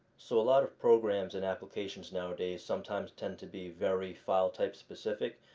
so a lot of programs and applications nowadays sometimes tend to be very file type specific.